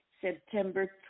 September